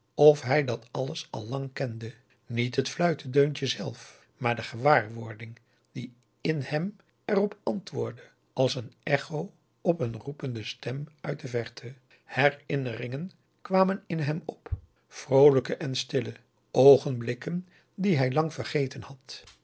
of hij dat alles al lang kende niet het fluitedeuntje zelf maar de gewaarwording die in hem er op antaugusta de wit orpheus in de dessa woordde als een echo op een roepende stem uit de verte herinneringen kwamen in hem op vroolijke en stille oogenblikken die hij lang vergeten had